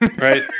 right